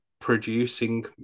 producing